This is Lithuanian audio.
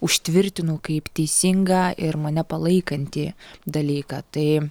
užtvirtinu kaip teisingą ir mane palaikantį dalyką tai